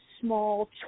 small